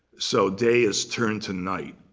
so day is turned to night.